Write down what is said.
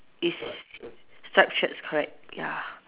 is striped shirts correct ya